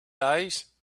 days